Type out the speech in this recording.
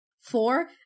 Four